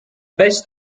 best